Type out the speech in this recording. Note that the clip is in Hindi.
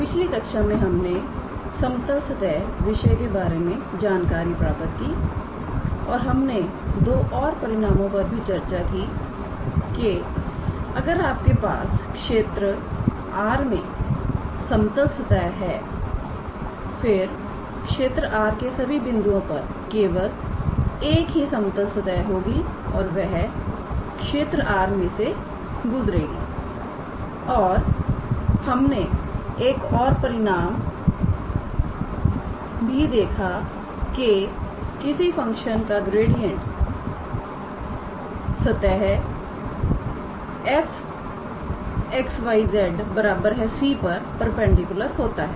पिछली कक्षा में हमने समतल सतह विषय के बारे में जानकारी प्राप्त की और हमने दो और परिणामों पर भी चर्चा की कि अगर आपके पास क्षेत्र R में समतल सतह हैफिर क्षेत्र R के सभी बिंदुओं पर केवल एक ही समतल सतह होगी और वह क्षेत्र R में से गुजरेगी और हमने एक और परिणाम भी देखा के किसी फंक्शन का ग्रेडिएंट सतह 𝑓𝑥 𝑦 𝑧 𝑐 पर परपेंडिकुलर होता है